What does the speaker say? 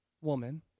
woman